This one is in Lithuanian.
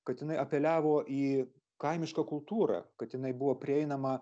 kad jinai apeliavo į kaimišką kultūrą kad jinai buvo prieinama